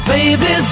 Baby